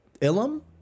Ilum